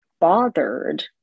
bothered